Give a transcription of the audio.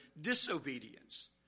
disobedience